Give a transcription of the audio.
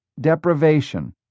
deprivation